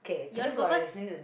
you wanna go first